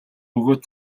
бөгөөд